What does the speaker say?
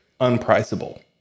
unpriceable